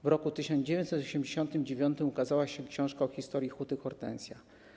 W roku 1989 ukazała się książka o historii huty „Hortensja”